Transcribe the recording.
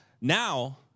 Now